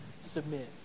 submit